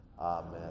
amen